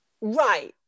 right